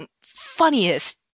funniest